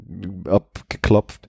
abgeklopft